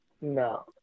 No